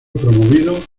promovido